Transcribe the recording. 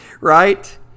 right